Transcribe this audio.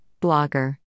Blogger